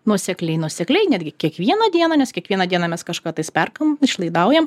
nuosekliai nuosekliai netgi kiekvieną dieną nes kiekvieną dieną mes kažką tais perkam išlaidaujam